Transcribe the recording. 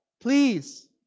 please